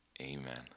amen